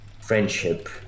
friendship